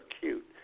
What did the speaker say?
cute